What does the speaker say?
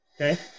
Okay